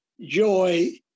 joy